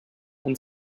and